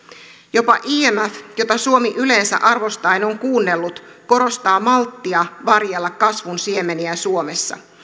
jopa imf jota suomi yleensä arvostaen on kuunnellut korostaa malttia varjella kasvun siemeniä suomessa